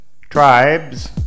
Tribes